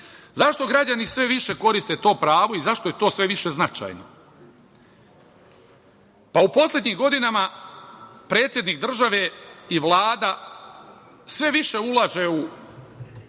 građani sve više koriste to pravo i zašto je to sve više značajno? U poslednjim godinama predsednik države i Vlada sve više ulazu